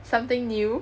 something new